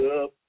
up